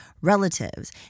Relatives